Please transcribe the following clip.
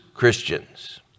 Christians